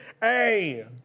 Hey